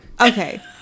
Okay